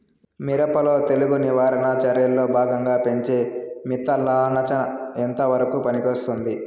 మిరప లో తెగులు నివారణ చర్యల్లో భాగంగా పెంచే మిథలానచ ఎంతవరకు పనికొస్తుంది?